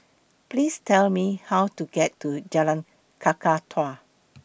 Please Tell Me How to get to Jalan Kakatua